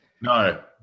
No